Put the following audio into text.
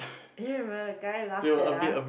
I don't remember guy laugh that loud